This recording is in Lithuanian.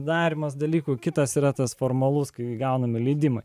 darymas dalykų kitas yra tas formalus kai gauname leidimą